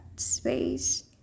space